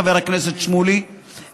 חבר הכנסת שמולי,